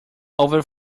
over